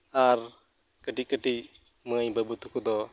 ᱟᱨ ᱠᱟᱹᱴᱤᱡ ᱠᱟᱹᱴᱤᱡ ᱢᱟᱹᱭ ᱵᱟᱹᱵᱩ ᱛᱟᱠᱚ ᱫᱚ